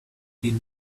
been